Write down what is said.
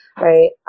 right